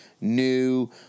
new